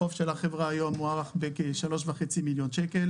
החוב של החברה היום מוערך בכ-3.5 מיליון שקל